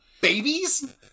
babies